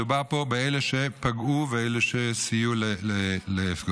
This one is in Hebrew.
מדובר פה באלה שפגעו ובאלה שסייעו לפגוע.